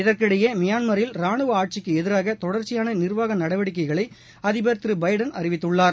இதற்கிடையே மியான்மில் ராணுவ ஆட்சிக்கு எதிராக தொடர்ச்சியான நிர்வாக நடவடிக்கைகளை அதிபர் திரு பைடன் அறிவித்துள்ளார்